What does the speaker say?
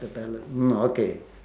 mm okay